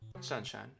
Sunshine